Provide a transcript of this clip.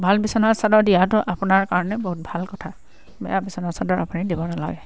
ভাল বিছনাচাদৰ দিয়াটো আপোনাৰ কাৰণে বহুত ভাল কথা বেয়া বিছনাচাদৰ আপুনি দিব নালাগে